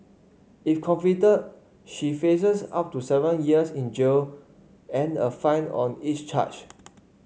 if convicted she faces up to seven years in jail and a fine on each charge